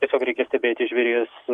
tiesiog reikia stebėti žvėries